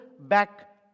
back